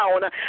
down